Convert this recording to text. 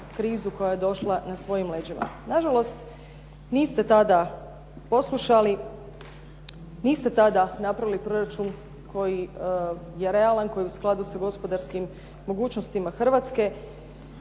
krizu koja je došla na svojim leđima. Nažalost, niste tada poslušali, niste tada napravili proračun koji je realan, koji je u skladu za gospodarskim mogućnostima Hrvatske.